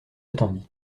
attendit